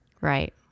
Right